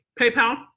PayPal